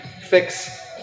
fix